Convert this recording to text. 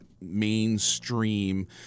mainstream